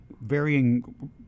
varying